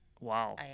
Wow